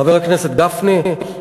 חבר הכנסת גפני, אני פה.